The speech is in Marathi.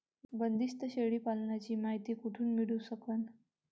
बंदीस्त शेळी पालनाची मायती कुठून मिळू सकन?